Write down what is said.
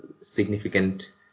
significant